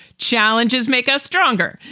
challenges make us stronger.